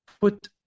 put